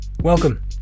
Welcome